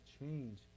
change